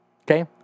Okay